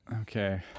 Okay